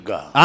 God